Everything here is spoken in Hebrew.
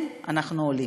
כן, אנחנו עולים,